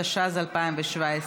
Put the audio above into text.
התשע"ז 2017,